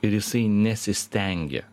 ir jisai nesistengia